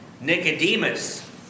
Nicodemus